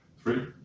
three